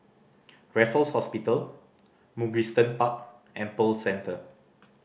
Raffles Hospital Mugliston Park and Pearl Centre